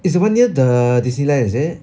is the one near the Disneyland is it